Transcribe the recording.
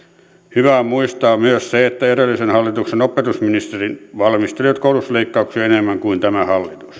hyvä on muistaa myös se että edellisen hallituksen opetusministerit valmistelivat koulutusleikkauksia enemmän kuin tämä